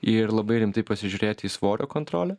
ir labai rimtai pasižiūrėti į svorio kontrolę